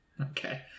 Okay